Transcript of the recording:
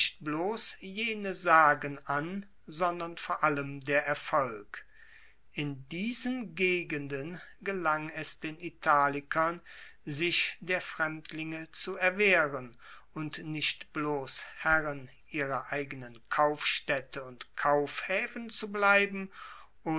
jene sagen an sondern vor allem der erfolg in diesen gegenden gelang es den italikern sich der fremdlinge zu erwehren und nicht bloss herren ihrer eigenen kaufstaedte und kaufhaefen zu bleiben